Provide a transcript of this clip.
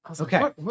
Okay